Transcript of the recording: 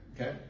okay